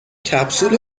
کپسول